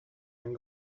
and